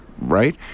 right